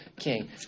king